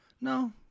No